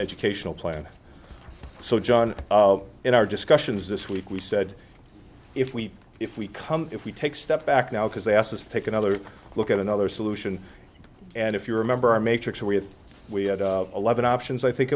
educational plan so john in our discussions this week we said if we if we come if we take step back now because they asked us to take another look at another solution and if you remember our matrix where we had eleven options i think